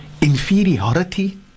inferiority